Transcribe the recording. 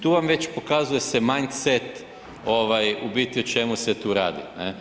Tu vam već pokazuje se manji set ovaj u biti o čemu se tu radi.